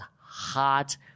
hot